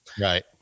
right